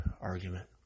argument